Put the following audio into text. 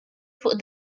fuq